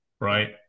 right